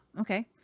okay